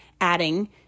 adding